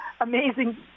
amazing